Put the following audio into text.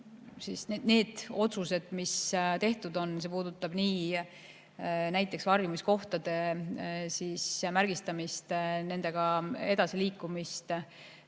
Otsused, mis tehtud on, puudutavad näiteks varjumiskohtade märgistamist, nendega edasiliikumist.